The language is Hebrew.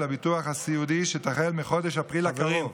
הביטוח הסיעודי שתחל מחודש אפריל הקרוב.